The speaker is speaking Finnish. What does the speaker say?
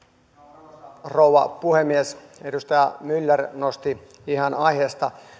arvoisa rouva puhemies edustaja myller nosti ihan aiheesta